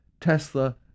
Tesla